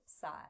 side